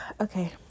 Okay